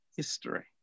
History